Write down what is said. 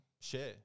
share